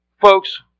Folks